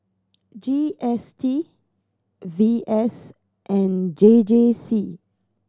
G S T V S and J J C